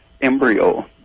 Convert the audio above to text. embryo